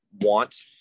want